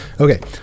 okay